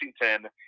Washington